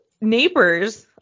neighbors